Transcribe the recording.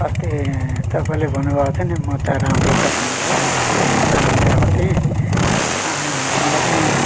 अस्ति तपाईँले भन्नु भएको थियो नि मोजा राम्रो छ भनेर त मोजा मैले ल्याएको थिएँ मलाई पनि